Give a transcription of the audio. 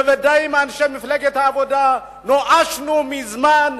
ודאי שמאנשי מפלגת העבודה נואשנו מזמן.